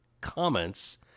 comments